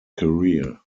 career